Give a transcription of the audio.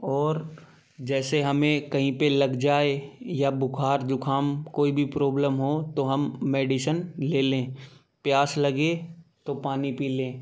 और जैसे हमें कहीं पर लग जाए या बुखार ज़ुखाम कोई भी प्रॉब्लम हो तो हम मेडिशन ले लें प्यास लगे तो पानी पी लें